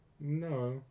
No